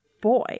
boy